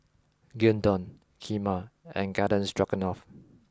Gyudon Kheema and Garden Stroganoff